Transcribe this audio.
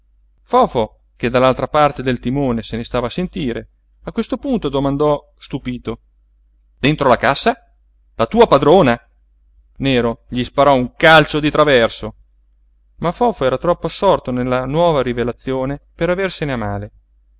fofo che dall'altra parte del timone se ne stava a sentire a questo punto domandò stupito dentro la cassa la tua padrona nero gli sparò un calcio di traverso ma fofo era troppo assorto nella nuova rivelazione per aversene a male